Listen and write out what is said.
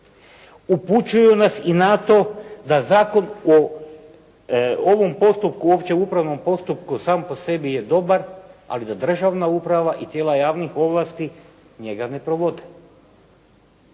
Upućuju nas i na to da zakon o ovom postupku, općeupravnom postupku sam po sebi je dobar, ali da državna uprava i tijela javnih ovlasti njega ne provode.